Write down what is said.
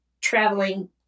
traveling